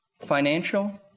Financial